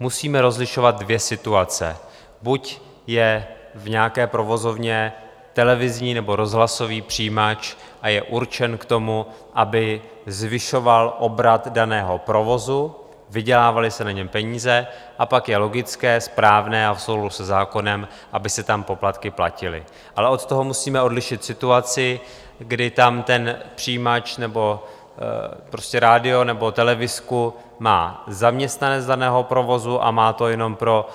Musíme rozlišovat dvě situace: buď je v nějaké provozovně televizní nebo rozhlasový přijímač a je určen k tomu, aby zvyšoval obrat daného provozu, vydělávaly se na něm peníze, a pak je logické, správné a v souladu se zákonem, aby se tam poplatky platily, ale od toho musíme odlišit situaci, kdy tam ten přijímač, nebo prostě rádio nebo televizku, má zaměstnanec daného provozu a má to jenom pro